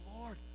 Lord